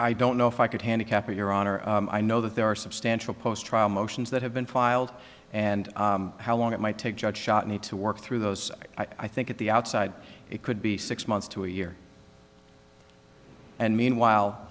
i don't know if i could handicap your honor i know that there are substantial post trial motions that have been filed and how long it might take judge shot need to work through those i think at the outside it could be six months to a year and meanwhile